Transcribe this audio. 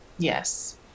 Yes